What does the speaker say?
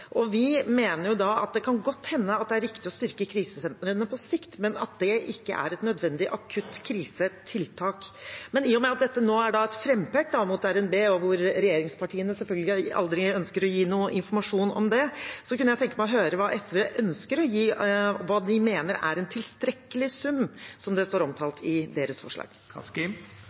flykter. Vi mener da at det kan godt hende at det er riktig å styrke krisesentrene på sikt, men at det ikke er et nødvendig akuttkrisetiltak. Men i og med at dette nå er et frampek mot RNB – og regjeringspartiene ønsker selvfølgelig aldri å gi noen informasjon om det – kunne jeg tenke meg å høre hva SV ønsker å gi, hva de mener er en tilstrekkelig sum, som det omtales som i deres forslag.